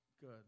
good